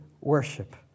worship